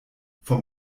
vom